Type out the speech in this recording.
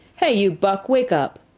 hey, you buck, wake up!